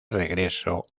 regreso